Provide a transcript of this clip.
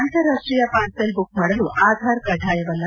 ಅಂತಾರಾಷ್ಷೀಯ parcel book ಮಾಡಲು ಆಧಾರ್ ಕಡ್ಡಾಯವಲ್ಲ